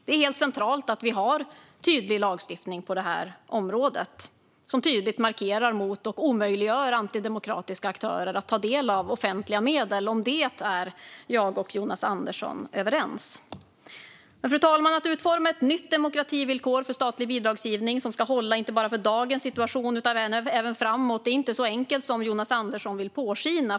Det är centralt att vi har en lagstiftning på detta område som tydligt markerar mot och omöjliggör för antidemokratiska aktörer att ta del av offentliga medel. Om det är jag och Jonas Andersson överens. Fru talman! Att utforma ett nytt demokrativillkor för statlig bidragsgivning som ska hålla inte bara för dagens situation utan även framåt är inte så enkelt som Jonas Andersson vill påskina.